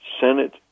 Senate